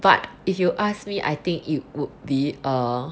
but if you ask me I think it would be err